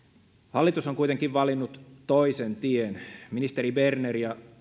hallitus on kuitenkin valinnut toisen tien ministeri berner ja